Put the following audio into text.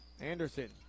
Anderson